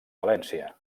valència